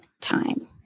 time